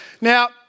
Now